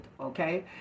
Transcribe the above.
okay